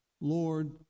Lord